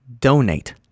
donate